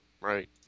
right